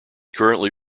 currently